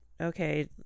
Okay